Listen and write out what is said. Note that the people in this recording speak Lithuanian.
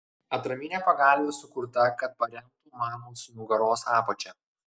atraminė pagalvė sukurta kad paremtų mamos nugaros apačią